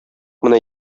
менә